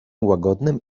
łagodnym